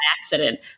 accident